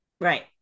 Right